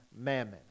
mammon